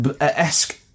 esque